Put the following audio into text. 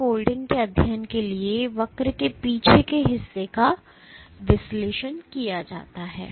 तो protein unfolding के अध्ययन के लिए वक्र के पीछे के हिस्से का विश्लेषण किया जाता है